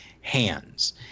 hands